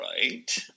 Right